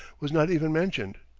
was not even mentioned.